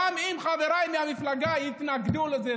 גם אם חבריי מהמפלגה יתנגדו לזה,